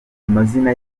amazina